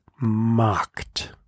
mocked